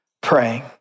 praying